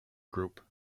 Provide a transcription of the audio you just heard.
group